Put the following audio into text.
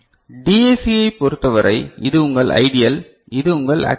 DAC ஐப் பொறுத்தவரை இது உங்கள் ஐடியல் இது உங்கள் ஆக்சுவல்